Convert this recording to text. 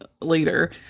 later